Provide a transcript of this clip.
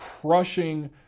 crushing